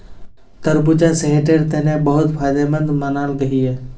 तरबूजा सेहटेर तने बहुत फायदमंद मानाल गहिये